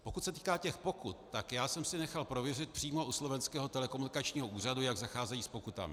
Pokud se týká pokut, já jsem si nechal prověřit přímo u slovenského telekomunikačního úřadu, jak zacházejí s pokutami.